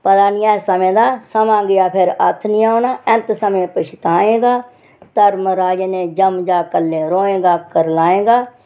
पता नि ऐ समें दा समां गेआ फिर हत्थ नि औना ऐंत समें पछताएगा धर्मराज नै जमजा कल्ले रोएंगा करलाएंगा